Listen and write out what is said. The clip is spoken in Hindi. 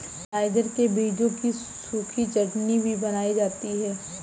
नाइजर के बीजों की सूखी चटनी भी बनाई जाती है